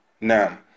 now